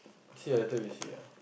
see ah later we'll see ah